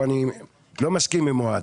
אני לא מסכים עם אוהד